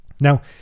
Now